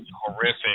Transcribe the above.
horrific